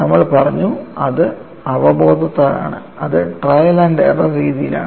നമ്മൾ പറഞ്ഞു അത് അവബോധത്താലാണ് അത് ട്രയൽ ആൻഡ് എറർ രീതിയിലാണ്